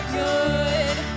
good